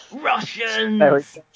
russians